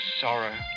sorrow